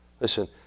Listen